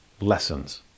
Lessons